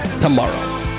tomorrow